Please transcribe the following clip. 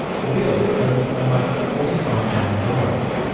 the bill totals almost forty five thousand dollars.